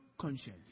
conscience